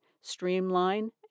streamline